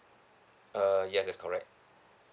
uh yes that's correct